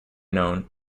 known